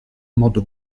modo